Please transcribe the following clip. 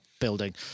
building